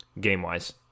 game-wise